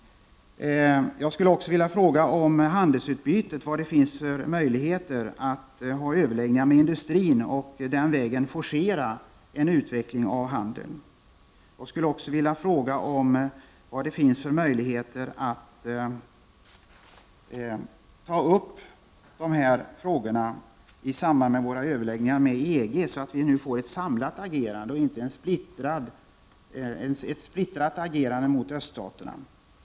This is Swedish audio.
Jag skulle också när det gäller handelsutbytet vilja fråga vad det finns för möjligheter att ha överläggningar med industrin och på den vägen forcera en utveckling av handeln. Jag skulle också vilja veta vilka möjligheter det finns att ta upp dessa frågor i samband med våra överläggningar med EG, så att vi nu får ett samlat agerande och inte ett splittrat agerande mot öststaterna.